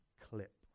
clip